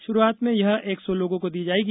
शुरूआत में यह एक सौ लोगों को दी जाएगी